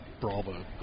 Bravo